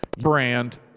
Brand